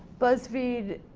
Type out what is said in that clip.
buzzfeed,